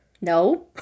No